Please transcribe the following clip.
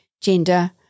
gender